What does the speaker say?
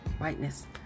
whiteness